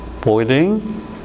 boiling